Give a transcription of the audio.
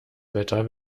wetter